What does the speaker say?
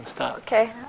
Okay